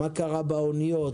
מה קרה באוניות,